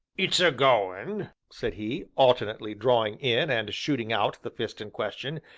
it's a-goin', said he, alternately drawing in and shooting out the fist in question,